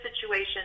situation